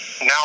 now